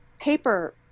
paper